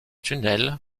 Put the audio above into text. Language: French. tunnel